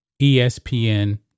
ESPN